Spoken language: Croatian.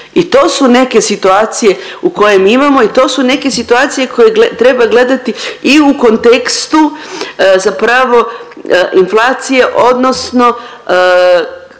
I to su neke situacije u koje mi imamo i to su neke situacije koje treba gledati i u kontekstu zapravo inflacije odnosno